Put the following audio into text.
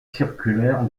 circulaire